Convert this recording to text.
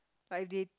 I did